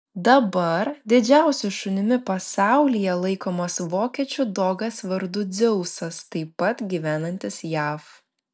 dabar didžiausiu šunimi pasaulyje laikomas vokiečių dogas vardu dzeusas taip pat gyvenantis jav